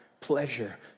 pleasure